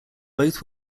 both